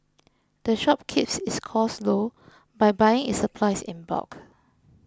the shop keeps its costs low by buying its supplies in bulk